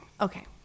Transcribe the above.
Okay